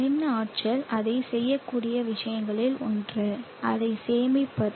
மின் ஆற்றல் அதைச் செய்யக்கூடிய விஷயங்களில் ஒன்று அதைச் சேமிப்பது